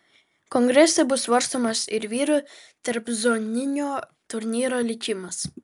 kongrese bus svarstomas ir vyrų tarpzoninio turnyro likimas